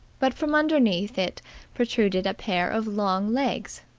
but from underneath it protruded a pair of long legs,